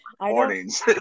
mornings